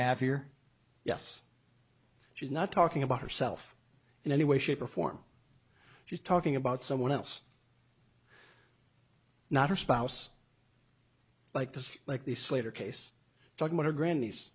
have here yes she's not talking about herself in any way shape or form she's talking about someone else not her spouse like this like the slater case talk about her grand niece